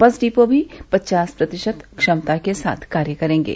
बस डिपो भी पचास प्रतिशत क्षमता के साथ कार्य करेंगे